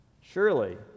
surely